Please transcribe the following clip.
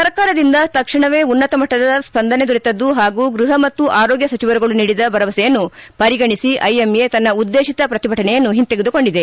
ಸರ್ಕಾರದಿಂದ ತಕ್ಷಣವೇ ಉನ್ನತ ಮಟ್ಟದ ಸ್ವಂದನೆ ದೊರೆತದ್ದು ಪಾಗೂ ಗೃಪ ಮತ್ತು ಆರೋಗ್ಯ ಸಚಿವರುಗಳು ನೀಡಿದ ಭರವಸೆಯನ್ನು ಪರಿಗಣಿಸಿ ಐಎಂಎ ತನ್ನ ಉದ್ದೇಶಿತ ಪ್ರತಿಭಟನೆಯನ್ನು ಹಿಂತೆಗೆದುಕೊಂಡಿದೆ